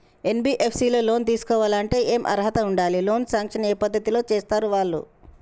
NBFS లో loan తీస్కోవాలంటే ఏం అర్హత ఉండాలి? లోన్ సాంక్షన్ ఏ పద్ధతి లో చేస్తరు వాళ్లు?